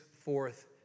forth